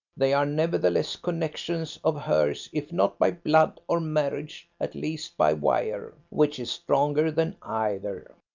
they are nevertheless connections of hers if not by blood or marriage at least by wire, which is stronger than either.